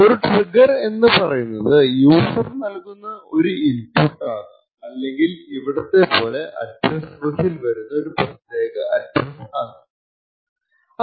ഒരു ട്രിഗ്ഗർ എന്ന് പറയുന്നത് യൂസർ നൽകുന്ന ഒരു ഇൻപുട്ട് ആകാം അല്ലെങ്കിൽ ഇവിടത്തെ പോലെ അഡ്രെസ്സ് ബസ്സിൽ വരുന്ന ഒരു പ്രത്യേക അഡ്രെസ്സ് ആകാം